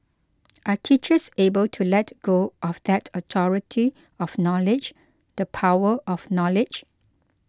are teachers able to let go of that authority of knowledge the power of knowledge